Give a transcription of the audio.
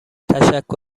تشکر